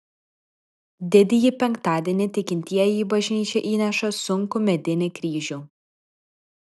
didįjį penktadienį tikintieji į bažnyčią įnešą sunkų medinį kryžių